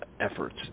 efforts